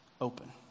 open